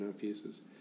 pieces